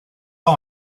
oer